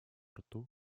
рту